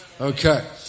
Okay